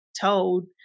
told